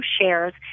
shares